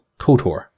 KOTOR